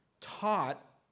taught